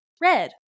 red